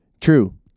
True